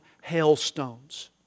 hailstones